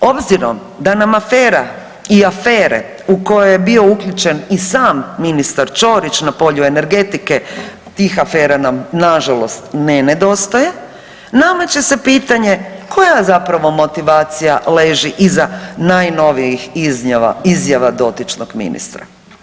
Obzirom da nam afera i afere u kojoj je bio uključen i sam ministar Ćorić na polju energetike tih afera nam nažalost ne nedostaje, nameće se pitanje koja zapravo motivacija leži iza najnovijih izjava dotičnog ministra?